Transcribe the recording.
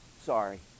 sorry